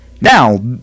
Now